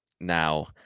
Now